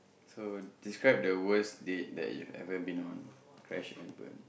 so describe the worst date that you've ever been on crash and burn